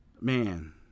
Man